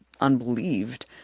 unbelieved